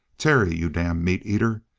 terry, you damn meateater,